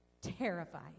terrified